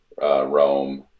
Rome